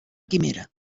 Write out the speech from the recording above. quimera